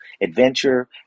adventure